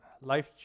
Life